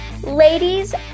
Ladies